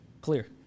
clear